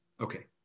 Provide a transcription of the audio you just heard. okay